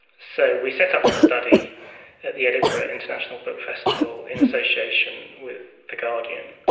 so we set up this study at the edinburgh international book festival in association with the guardian,